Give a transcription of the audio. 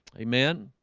amen?